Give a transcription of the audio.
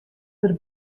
der